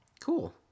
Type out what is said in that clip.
Cool